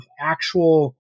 actual